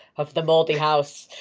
of the moldy house.